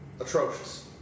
Atrocious